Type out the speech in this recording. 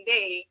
Day